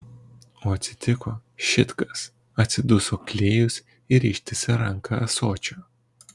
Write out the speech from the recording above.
o atsitiko šit kas atsiduso klėjus ir ištiesė ranką ąsočio